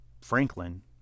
Franklin